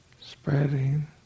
Spreading